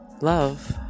love